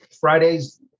Fridays